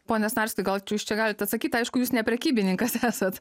pone snarski gal jūs čia galit atsakyt aišku jūs ne prekybininkas esat